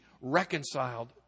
reconciled